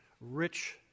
rich